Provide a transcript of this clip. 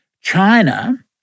China